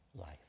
life